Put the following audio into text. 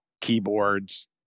keyboards